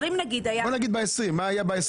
בוא נגיד ב-20, מה היה?